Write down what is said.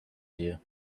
here